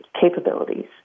capabilities